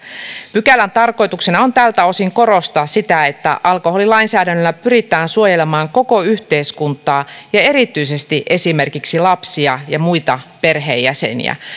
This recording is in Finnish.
pykälän tarkoituksena on tältä osin korostaa sitä että alkoholilainsäädännöllä pyritään suojelemaan koko yhteiskuntaa ja erityisesti esimerkiksi lapsia ja muita perheenjäseniä